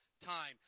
time